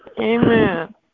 Amen